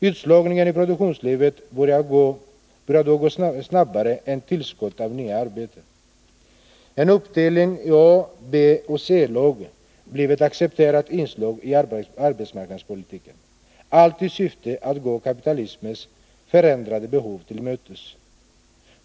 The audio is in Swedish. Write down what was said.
Utslagningen i produktions Besparingar i livet började då gå snabbare än tillskottet av nya arbeten. En uppdelningi — sjatsverksamheten A-, B och C-lag blev ett accepterat inslag i arbetsmarknadspolitiken — allt i syfte att gå kapitalismens förändrade behov till mötes.